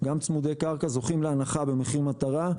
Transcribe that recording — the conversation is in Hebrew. זוכים להנחה במחיר מטרה.